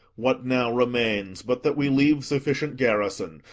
what now remains, but that we leave sufficient garrison,